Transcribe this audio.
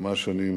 כמה שנים